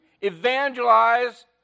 evangelize